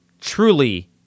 Truly